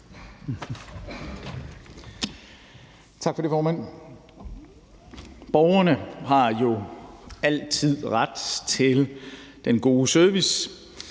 Tak for det, formand. Borgerne har jo altid ret til den gode service.